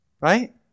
right